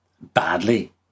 badly